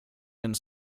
and